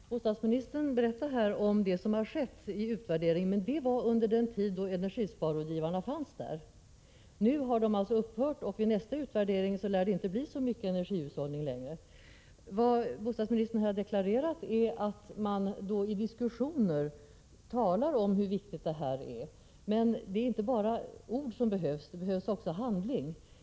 Fru talman! Bostadsministern berättar om det som kommit fram i utvärderingen, men den avser ju den tid då energisparrådgivarna fanns. Nu har deras verksamhet i stort sett upphört, och vid nästa utvärdering lär det inte finnas så mycket energihushållning att redovisa. Vad bostadsministern har deklarerat är att man i diskussioner talar om hur viktigt det är att spara energi. Men det är inte bara ord som behövs utan också handling.